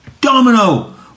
Domino